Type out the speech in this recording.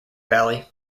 valley